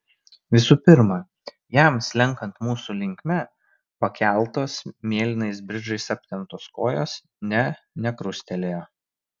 visų pirma jam slenkant mūsų linkme pakeltos mėlynais bridžais aptemptos kojos ne nekrustelėjo